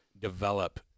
develop